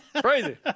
Crazy